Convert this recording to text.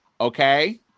okay